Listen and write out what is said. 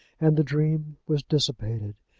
and the dream was dissipated.